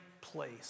place